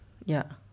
yup